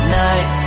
night